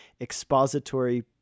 expository